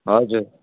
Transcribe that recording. हजुर